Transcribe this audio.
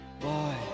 boy